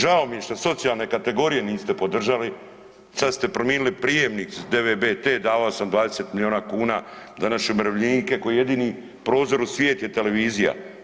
Žao mi što socijalne kategorije niste podržali, sad ste prominili prijemnik s DVB-T, davao sam 20 miliona kuna za naše umirovljenike kojima jedini prozor u svijet je televizija.